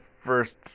first